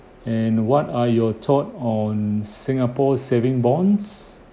and what are your thought on singapore saving bonds